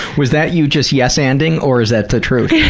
was that you just yes-and'ing, or is that the truth?